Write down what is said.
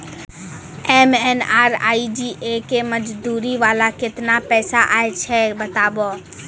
MNREGA के मज़दूरी वाला केतना पैसा आयल छै बताबू?